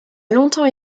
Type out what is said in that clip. longtemps